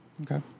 Okay